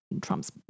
trump's